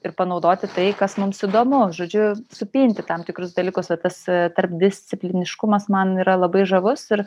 ir panaudoti tai kas mums įdomu žodžiu supinti tam tikrus dalykus va tas tarpdiscipliniškumas man yra labai žavus ir